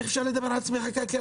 אז איך אפשר לדבר על צמיחה כלכלית?